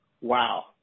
wow